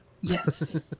yes